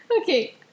Okay